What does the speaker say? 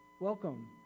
welcome